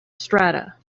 strata